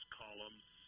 columns